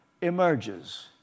emerges